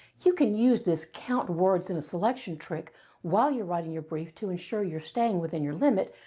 you can use this count words in a selection trick while you're writing your brief to ensure you're staying within your limit,